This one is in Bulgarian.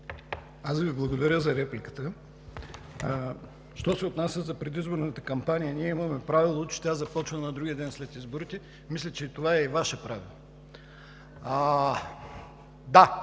Аз Ви благодаря за репликата. Що се отнася за предизборната кампания, ние имаме правило, че тя започна на другия ден след изборите. Мисля, че това е и Ваше правило. Да,